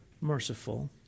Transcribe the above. merciful